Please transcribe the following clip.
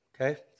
Okay